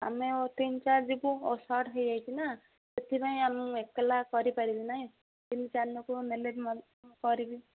ଆମେ ଓ ତିନି ଚାରି ଯିବୁ ଓ ସଟ୍ ହେଇଯାଇଛି ନା ସେଥିପାଇଁ ଆମ ଏକଲା କରିପାରିବି ନାହିଁ ତିନି ଚାରିି ଲୋକକୁ ନେଲେ କରିବି